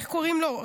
איך קוראים לו,